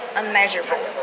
unmeasurable